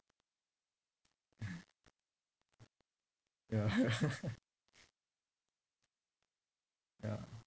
ya ya ya